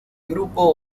grupo